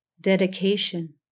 dedication